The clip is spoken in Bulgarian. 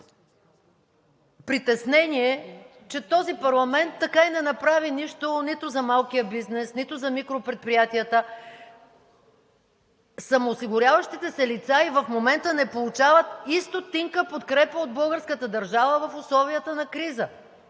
притеснение, че този парламент така и не направи нищо – нито за малкия бизнес, нито за микропредприятията. Самоосигуряващите се лица и в момента не получават и стотинка подкрепа от българската държава в условията на криза.